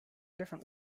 different